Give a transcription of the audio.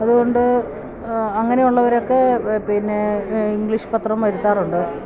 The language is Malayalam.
അതുകൊണ്ട് അങ്ങനെയുള്ളവരൊക്കെ പിന്നെ ഇംഗ്ലീഷ് പത്രം വരുത്താറുണ്ട്